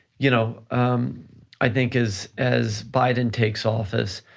you know i think is as biden takes office,